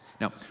Now